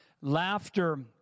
Laughter